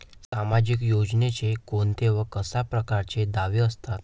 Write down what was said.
सामाजिक योजनेचे कोंते व कशा परकारचे दावे असतात?